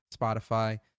spotify